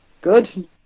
good